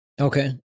Okay